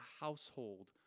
household